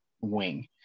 wing